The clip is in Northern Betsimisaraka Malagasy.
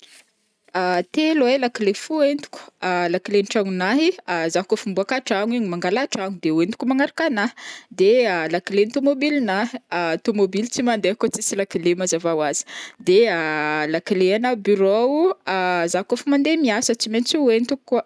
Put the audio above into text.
Telo ai lakile fihoentiko, lakilen'tragnonahy zah kaofa miboaka tragno igny mangala tragno de ihoentiko magnarak anahy, de lakilen'tomobilinahy, tomobily tsy mandeha kô tsisy lakile mazava ho azy, de lakile ana birao zah kaofa mandeha miasa de tsy maintsy ihoentiko koa.